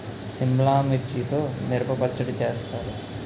సిమ్లా మిర్చితో మిరప పచ్చడి చేస్తారు